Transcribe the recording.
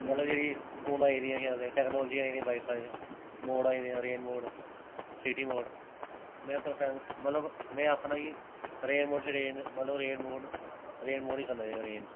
मतलब जेह्की कोला आई दियां टेक्नोलॉजी आई दियांं बाइकां दियां मोड आई गेदे रेन मोड सिटी मोड में में आखना के रेन मोड च रेन रेन रेन मोड ई करना चाहिदा रेन च